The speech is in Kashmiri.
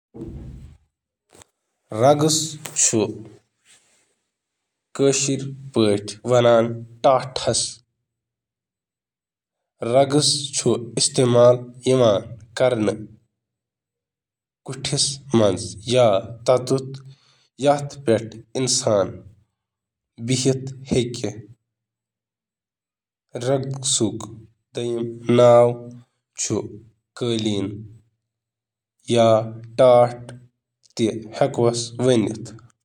کٲشِرِ زبٲنہِ منٛز قالین ہُنٛد مطلب چھُ یہِ زِ یِم چھِ کمرَن تہٕ بِہِتھ جاین پٮ۪ٹھ استعمال یِوان کرنہٕ۔